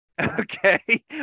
Okay